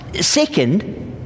Second